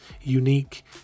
unique